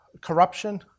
corruption